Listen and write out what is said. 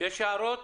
יש הערות